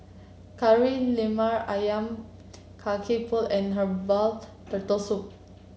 Kari Lemak ayam Kacang Pool and Herbal Turtle Soup